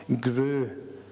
grew